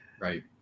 Right